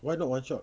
why not one shot